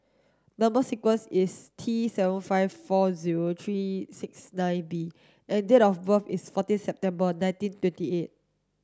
number sequence is T seven five four zero three six nine B and date of birth is fourteen September nineteen twenty eight